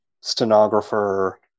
stenographer